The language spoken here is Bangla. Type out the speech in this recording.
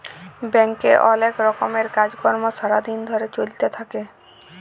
ব্যাংকে অলেক রকমের কাজ কর্ম সারা দিন ধরে চ্যলতে থাক্যে